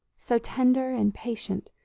so tender and patient,